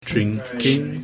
Drinking